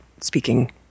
speaking